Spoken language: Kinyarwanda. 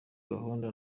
gahunda